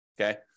okay